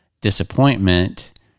disappointment